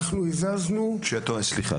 סליחה,